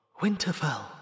Winterfell